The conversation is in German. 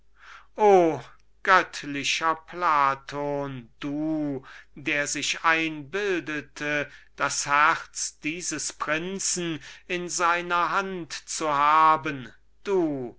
o göttlicher platon du der du dir einbildetest das herz dieses prinzen in deiner hand zu haben du